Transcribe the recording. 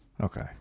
Okay